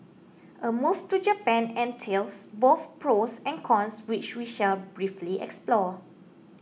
a move to Japan entails both pros and cons which we shall briefly explore